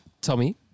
Tommy